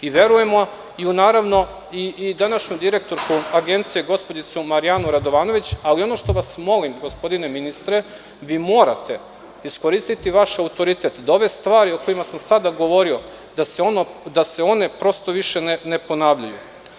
Naravno, verujemo i u današnju direktorku Agencije, gospođicu Marijanu Radovanović, ali ono što vas molim, gospodine ministre, vi morate iskoristiti vaš autoritet da ove stvari o kojima sam sada govorio, da se one prosto više ne ponavljaju.